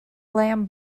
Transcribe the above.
lam